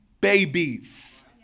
babies